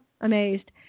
amazed